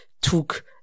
took